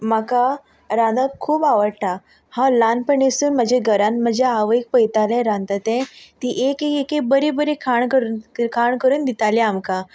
म्हाका रांडपप खूब आवडटा हांव ल्हानपणीसून म्हाज्या घरान म्हाजे आवयक पयतालें रांदता तें ती एक एक बरी बरी खाण करून खाण करून दिताली आमकां